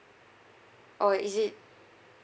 or is it